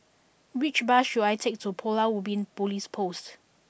which bus should I take to Pulau Ubin Police Post